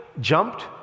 jumped